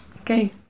Okay